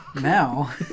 now